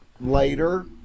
later